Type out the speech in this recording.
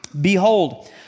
Behold